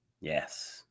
Yes